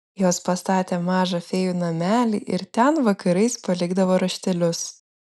jos pastatė mažą fėjų namelį ir ten vakarais palikdavo raštelius